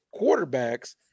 quarterbacks